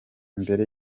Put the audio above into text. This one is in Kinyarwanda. imbere